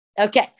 Okay